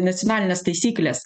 nacionalinės taisyklės